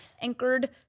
anchored